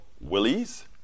willies